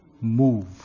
move